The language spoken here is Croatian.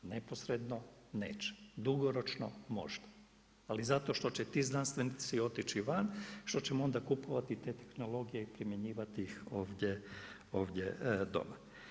Neposredno neće, dugoročno možda. ali zato što će ti znanstvenici otići van, što ćemo onda kupovati te tehnologije i primjenjivati ih ovdje doma.